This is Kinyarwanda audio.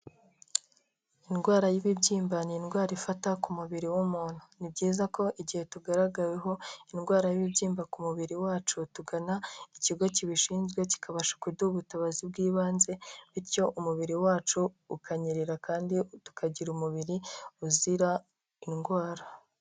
lndwara y'ibibyimba ni indwara ifata ku mubiri w'umuntu, ni byiza ko igihe tugaragaweho indwara y'ibibyimba ku mubiri wacu tugana ikigo kibishinzwe kikabasha kuduha ubutabazi bw'ibanze, bityo umubiri wacu ukanyerera kandi tukagira umubiri uzira indwara.